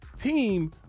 team